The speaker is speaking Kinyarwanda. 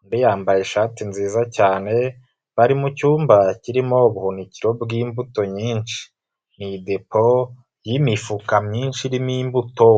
Undi yambaye ishati nziza cyane, bari mu cyumba kirimo ubuhunikiro bw'imbuto nyinshi. Ni depo y'imifuka myinshi irimo imbuto.